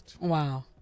Wow